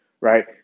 right